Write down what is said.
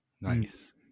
Nice